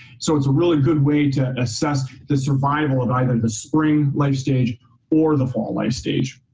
so it's a really good way to assess the survival of either the spring life stage or the fall life stage.